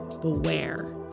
beware